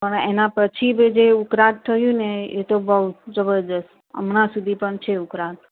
પણ એના પછી જે ઉકળાટ થયું ને એ તો બહુ જબરજસ્ત હમણાં સુધી પણ છે ઉકળાટ